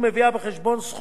שהתקבלו בעת פרישה